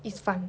it's fun